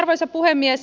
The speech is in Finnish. arvoisa puhemies